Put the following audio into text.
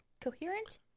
coherent